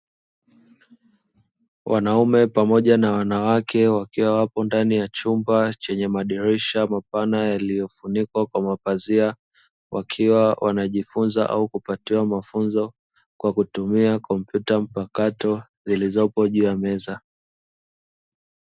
Wanaume pamoja na wanawake, wakiwa wapo ndani ya chumba chenye madirisha mapana yaliyofunikwa kwa mapazia, wakiwa wanajifunza au kupatiwa mafunzo kwa kutumia kompyuta mpakato, zilizopo juu ya meza.